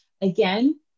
again